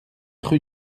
rue